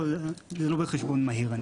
זה לא בחשבון מהיר.